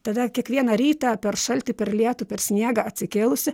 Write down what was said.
tada kiekvieną rytą per šaltį per lietų per sniegą atsikėlusį